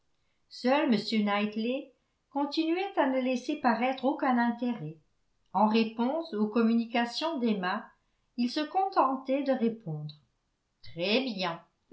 seul m knightley continuait à ne laisser paraître aucun intérêt en réponse aux communications d'emma il se contentait de répondre très bien